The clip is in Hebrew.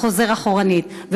חוזר אחורנית.